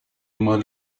مال